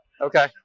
Okay